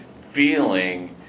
feeling